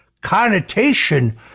connotation